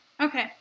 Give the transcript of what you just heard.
Okay